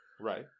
Right